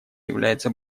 является